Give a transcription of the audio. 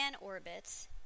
Orbits